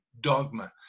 Dogma